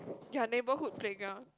your neighbourhood playground